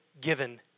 given